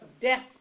death